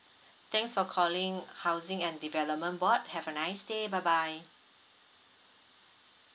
thanks for calling housing and development board have a nice day bye bye